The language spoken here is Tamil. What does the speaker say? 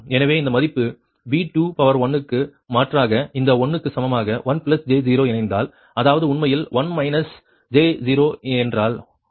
எனவே இந்த மதிப்பு V21 க்கு மாற்றாக இந்த 1 க்கு சமமாக 1 j 0 இணைந்தால் அதாவது உண்மையில் 1 j0 என்றால் 1 மட்டுமே